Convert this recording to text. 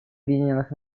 объединенных